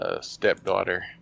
stepdaughter